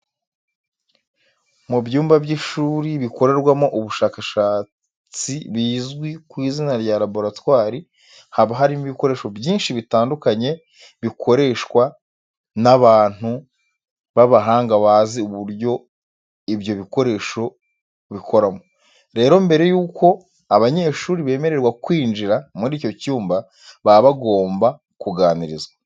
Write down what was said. Mu byumba by'ishuri bikorerwamo ubushakashatsi bizwi ku izina rya laboratwari, haba harimo ibikoresho byinshi bitandukanye bikoreshwa n'abantu b'abahanga bazi uburyo ibyo bikoresho bikoramo. Rero mbere yuko abanyeshuri bemererwa kwinjira muri icyo cyumba baba bagomba kuganirizwa.